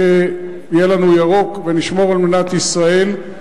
שיהיה לנו ירוק ונשמור על מדינת ישראל.